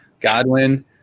Godwin